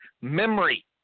memory